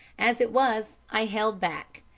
as it was, i held back,